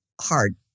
hard